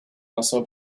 muscle